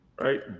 right